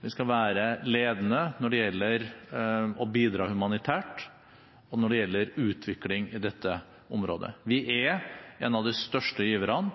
Vi skal være ledende når det gjelder å bidra humanitært, og når det gjelder utvikling i dette området. Vi er en av de største giverne,